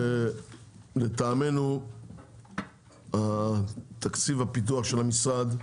ולטעמנו תקציב הפיתוח של המשרד,